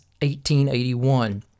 1881